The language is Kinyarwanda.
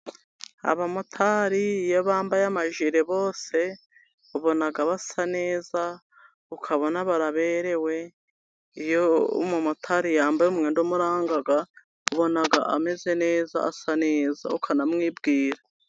Abamotari, iyo bambaye amajile bose, ubona basa neza, ukabona baraberewe. Iyo umumotari yambaye umwenda umuranga, ubona ameze neza, asa neza, ukanamwibwira.